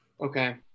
okay